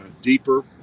deeper